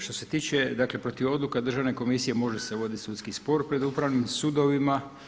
Što se tiče, dakle protiv odluka Državne komisije može se vodit sudski spor pred Upravnim sudovima.